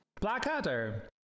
Blackadder